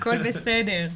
הכל בסדר.